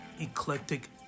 Eclectic